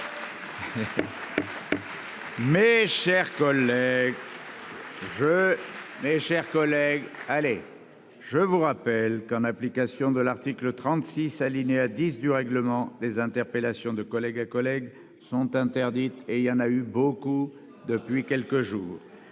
Mes chers collègues, je vous rappelle qu'en application de l'article 36, alinéa 10, du règlement, les interpellations de collègue à collègue sont interdites, et elles ont été nombreuses depuis quelques jours